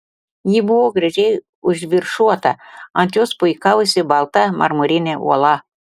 ji buvo gražiai užviršuota ant jos puikavosi balta marmurinė uola